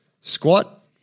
squat